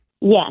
Yes